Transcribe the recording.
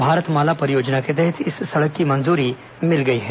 भारत माला परियोजना के तहत इस सड़क की मंजूरी मिल गई है